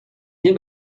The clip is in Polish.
nie